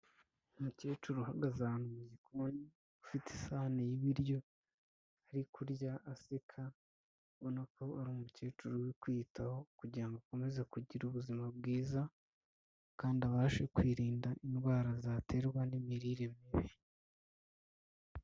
Umukecuru uhagaze ahantu mu gikoni, ufite isahane y'ibiryo ari kurya aseka, ubona ko ari umukecuru urikwiyitaho kugira ngo akomeze kugira ubuzima bwiza, kandi abashe kwirinda indwara zaterwa n'imirire mibi.